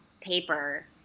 paper